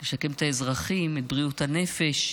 לשקם את האזרחים, את בריאות הנפש.